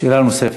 שאלה נוספת.